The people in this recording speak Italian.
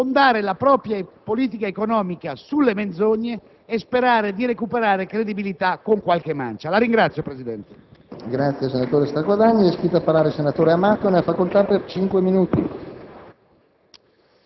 fondare la propria politica economica sulle menzogne e sperare di recuperare credibilità con qualche mancia. *(Applausi